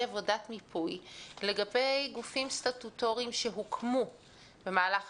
עבודת מיפוי לגבי גופים סטטוטוריים שהוקמו במהלך